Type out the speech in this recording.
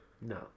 no